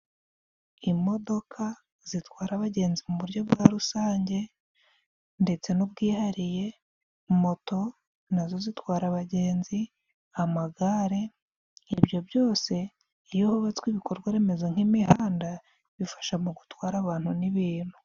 Imodoka zitwara abagenzi mu buryo bwa rusange, ndetse n'ubwihariye moto nazo zitwara abagenzi, amagare ibyo byose iyohubatswe ibikorwaremezo nk'imihanda, bifasha mu gutwara abantu n'ibintu.